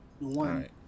One